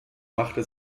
machte